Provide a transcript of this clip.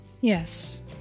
Yes